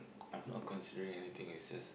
I'm not considering anything is just